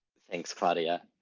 thanks, claudia.